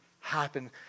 happen